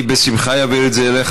בשמחה אני אעביר את זה אליך,